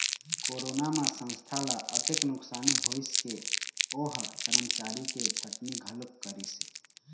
corona म संस्था ल अतेक नुकसानी होइस के ओ ह करमचारी के छटनी घलोक करिस हे